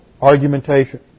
argumentation